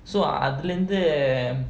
so அதுலிந்து:athulinthu